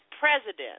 president